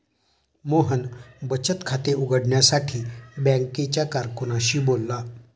मोहन बचत खाते उघडण्यासाठी बँकेच्या कारकुनाशी बोलला